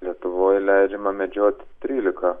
lietuvoj leidžiama medžioti trylika